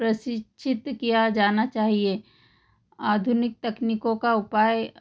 प्रशिक्षित किया जाना चाहिए आधुनिक तकनीकों का उपाय